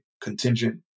Contingent